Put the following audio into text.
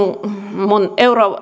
minun